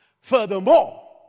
furthermore